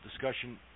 discussion